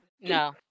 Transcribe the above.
No